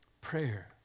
prayer